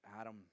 Adam